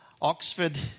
Oxford